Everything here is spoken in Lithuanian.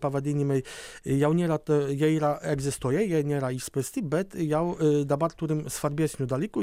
pavadinimai jau nėra jie yra egzistuoja jie nėra išspręsti bet jau dabar turim svarbesnių dalykų